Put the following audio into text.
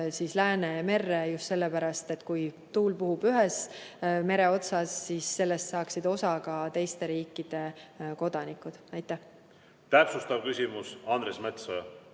loomist Läänemerre, just sellepärast, et kui tuul puhub ühes mere otsas, siis sellest saaksid osa ka teiste riikide kodanikud. Täpsustav küsimus. Andres Metsoja,